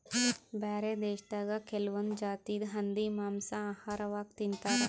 ಬ್ಯಾರೆ ದೇಶದಾಗ್ ಕೆಲವೊಂದ್ ಜಾತಿದ್ ಹಂದಿ ಮಾಂಸಾ ಆಹಾರವಾಗ್ ತಿಂತಾರ್